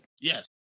yes